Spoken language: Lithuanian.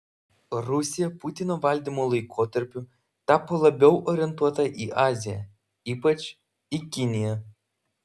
rusija putino valdymo laikotarpiu tapo labiau orientuota į aziją ypač į kiniją